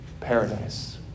paradise